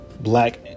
black